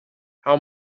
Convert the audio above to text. how